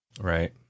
Right